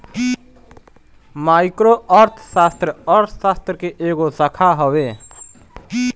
micro अर्थशास्त्र, अर्थशास्त्र के एगो शाखा हवे